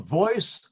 voice